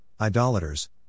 idolaters